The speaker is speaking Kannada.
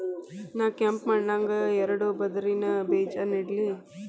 ನಾ ಕೆಂಪ್ ಮಣ್ಣಾಗ ಎರಡು ಪದರಿನ ಬೇಜಾ ನೆಡ್ಲಿ?